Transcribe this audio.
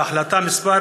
בהחלטה מס'